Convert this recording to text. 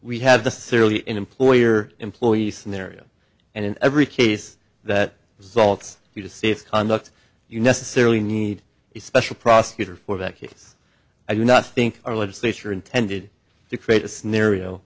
lee in employer employee scenario and in every case that results you just safe conduct you necessarily need a special prosecutor for that case i do not think our legislature intended to create a scenario